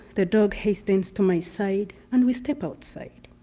the dog hastens to my side and we step outside.